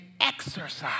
exercise